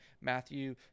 Matthew